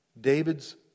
David's